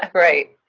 um right.